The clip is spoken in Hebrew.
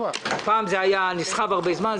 פעם זה היה נסחב זמן רב.